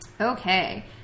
Okay